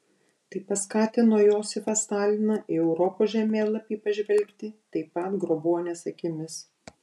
tai paskatino josifą staliną į europos žemėlapį pažvelgti taip pat grobuonies akimis